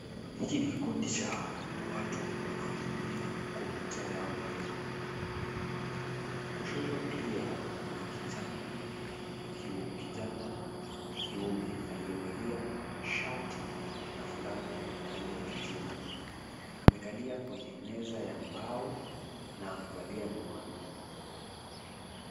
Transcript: Hiki ni kikundi cha watu wanaotumia kompyuta yao ndogo. Kushoto kulia kuna kijana kiume aliyevalia shati na fulana ya rangi ya kijivu. Amekalia kwenye meza ya mbao na amevalia miwani.